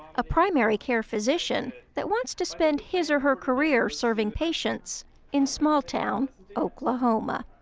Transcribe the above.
a primary care physician that wants to spend his or her career serving patients in small town oklahoma.